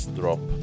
drop